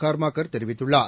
கார்மாகர் தெரிவித்துள்ளார்